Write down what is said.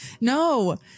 No